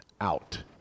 out